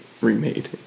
remade